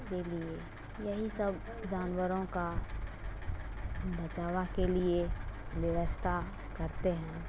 کے لیے یہی سب جانوروں کا بچاوا کے لیے ویوستھا کرتے ہیں